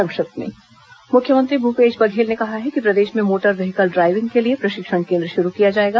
संक्षिप्त समाचार मुख्यमंत्री भूपेश बघेल ने कहा है कि प्रदेश में मोटर व्हीकल ड्रायविंग के लिए प्रशिक्षण केन्द्र शुरू किया जाएगा